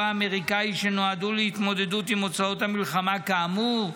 האמריקאי שנועדו להתמודדות עם הוצאות המלחמה כאמור,